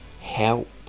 Help